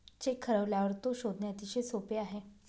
check हरवल्यावर तो शोधणे अतिशय सोपे आहे